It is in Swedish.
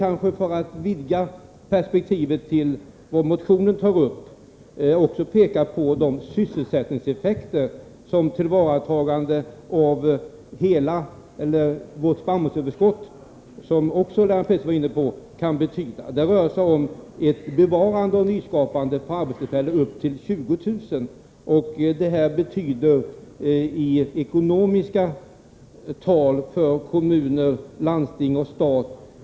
Jag vill, för att vidga perspektivet till det som motionen tar upp, också framhålla de sysselsättningseffekter som tillvaratagande av vårt spannmålsöverskott kan betyda. Detta var ju Lennart Pettersson också inne på. Det rör sig om ett bevarande och nyskapande av upp till 20 000 arbetstillfällen. Det handlar om storleksordningen 2 miljarder kronor i ekonomiska termer för kommuner, landsting och stat.